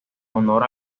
honor